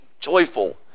joyful